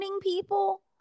people